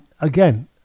again